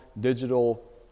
digital